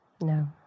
No